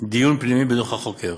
דיון פנימי בדוח החוקר